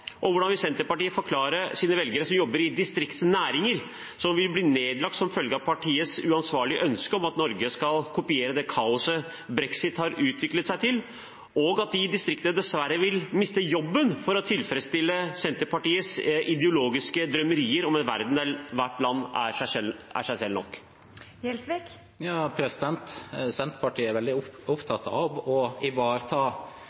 av. Hvordan vil Senterpartiet forklare sine velgere som jobber i distriktsnæringer som vil bli nedlagt som følge av partiets uansvarlige ønske om at Norge skal kopiere det kaoset brexit har utviklet seg til, at de i distriktene dessverre vil miste jobben for å tilfredsstille Senterpartiets ideologiske drømmerier om en verden der hvert land er seg selv nok? Senterpartiet er veldig